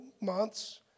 months